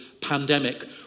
pandemic